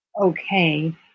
Okay